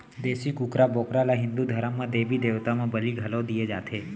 देसी कुकरा, बोकरा ल हिंदू धरम म देबी देवता म बली घलौ दिये जाथे